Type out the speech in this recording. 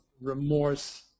remorse